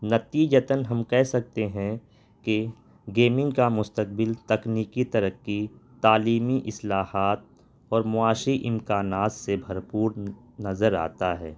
نتیزتاً ہم کہہ سکتے ہیں کہ گیمنگ کا مستقبل تکنیکی ترقی تعلیمی اصلاحات اور معاشی امکانات سے بھرپور نظر آتا ہے